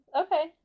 Okay